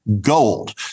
gold